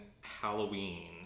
Halloween